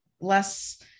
less